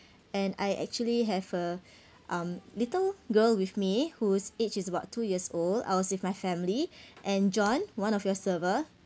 and I actually have a um little girl with me whose age is about two years old I was with my family and john one of your server